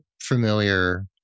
familiar